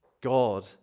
God